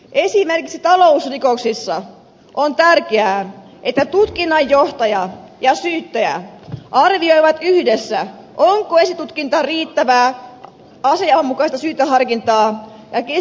esimerkiksi talousrikoksissa on tärkeää että tutkinnanjohtaja ja syyttäjä arvioivat yhdessä onko esitutkinta riittävä asianmukaista syyteharkintaa ja keskitettyä pääkäsittelyä varten